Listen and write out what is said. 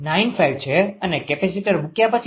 95 છે અને કેપેસીટર મુક્યા પછી તમે 1